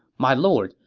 my lord,